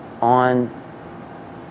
on